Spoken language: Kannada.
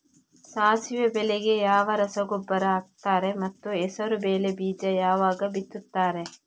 ಸಾಸಿವೆ ಬೆಳೆಗೆ ಯಾವ ರಸಗೊಬ್ಬರ ಹಾಕ್ತಾರೆ ಮತ್ತು ಹೆಸರುಬೇಳೆ ಬೀಜ ಯಾವಾಗ ಬಿತ್ತುತ್ತಾರೆ?